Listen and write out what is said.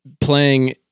playing